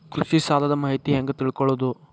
ಕೃಷಿ ಸಾಲದ ಮಾಹಿತಿ ಹೆಂಗ್ ತಿಳ್ಕೊಳ್ಳೋದು?